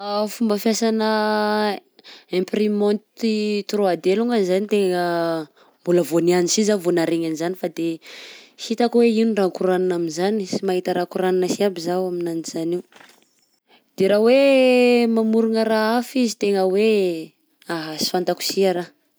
Fomba fiasanà imprimanty 3D longany zany tegna mbola vao niany si za vao naharegny an'zany fa de sy hitako hoe ino raha koranina am'zany, sy mahita raha koranina si aby zaho aminanjy zany io. De raha hoe mamorogna raha hafa izy tegna hoe aha! sy fantako si araha.